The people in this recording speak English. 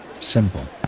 Simple